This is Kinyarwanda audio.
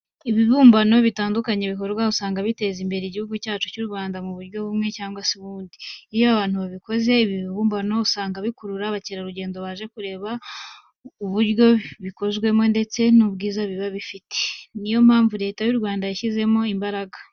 Ibibumbano bitandukanye bikorwa usanga biteza imbere Igihugu cyacu cy'u Rwanda mu buryo bumwe cyangwa se ubundi. Iyo abantu bakoze ibi bibumbano usanga bikurura ba mukerarugendo baje kureba uburyo biba bikozwemo ndetse n'ubwiza biba bifite. Ni yo mpamvu Leta y'u Rwanda yabishyizemo imbaraga.